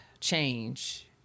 change